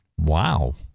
wow